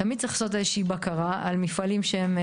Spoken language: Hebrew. תמיד צריך לעשות איזה שהיא בקרה על מפעלים שהם,